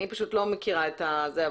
אני פשוט לא מכירה את זה.